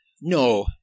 No